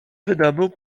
wydobył